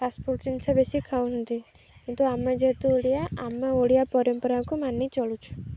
fast food ଜିନିଷ ବେଶି ଖାଉଛନ୍ତି କିନ୍ତୁ ଆମେ ଯେହେତୁ ଓଡ଼ିଆ ଆମେ ଓଡ଼ିଆ ପରମ୍ପରାକୁ ମାନି ଚଳୁଛୁ